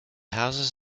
houses